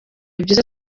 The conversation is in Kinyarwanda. byiza